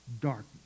darkness